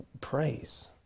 praise